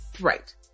Right